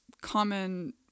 common